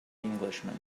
englishman